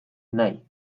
nahi